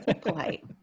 Polite